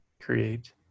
create